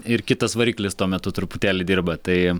ir kitas variklis tuo metu truputėlį dirba tai